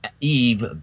eve